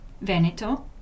Veneto